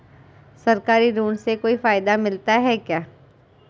सरकारी ऋण से कोई फायदा मिलता है क्या?